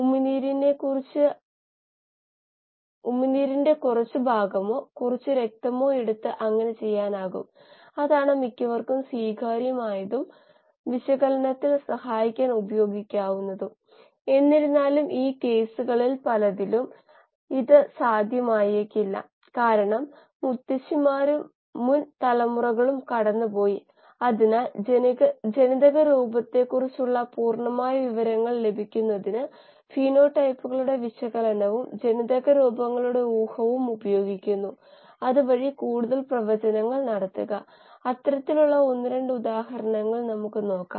വീണ്ടും ആവർത്തിക്കാം കോശങ്ങൾ ഒരു ബയോറിയാക്ടറിലെ യഥാർത്ഥ വ്യവസായ ശാലകളാണ് മാത്രമല്ല കോശ തലത്തിൽ കാര്യമായ പുരോഗതി സംഭവിക്കേണ്ടതുണ്ട് കാരണം അത് കൂടുതൽ അടിസ്ഥാന തലമാണ്